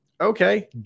Okay